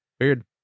Weird